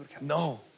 no